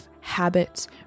habits